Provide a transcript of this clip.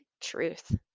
truth